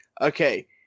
okay